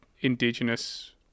indigenous